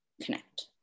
connect